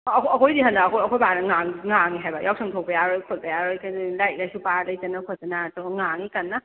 ꯑ ꯑꯩꯈꯣꯏꯒꯤꯗꯤ ꯍꯟꯗꯛ ꯑꯩꯈꯣꯏ ꯕꯥꯅ ꯉꯥꯡ ꯉꯥꯡꯉꯦ ꯍꯥꯏꯕ ꯌꯥꯎꯁꯪ ꯊꯣꯛꯄ ꯌꯥꯏꯔꯣꯏ ꯈꯣꯠꯄ ꯌꯥꯔꯣꯏ ꯀꯩꯒꯤꯅꯣꯗꯤ ꯂꯥꯏꯔꯤꯛ ꯂꯥꯏꯁꯨ ꯄꯥꯔꯥ ꯂꯩꯗꯅ ꯈꯣꯠꯇꯅ ꯇꯧꯔꯒ ꯉꯥꯡꯏ ꯀꯟꯅ